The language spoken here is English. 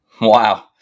Wow